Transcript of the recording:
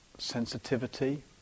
Sensitivity